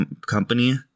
company